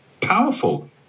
powerful